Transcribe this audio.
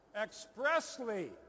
expressly